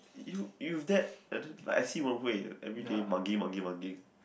you you've that like I see Wen Hui everyday mugging mugging mugging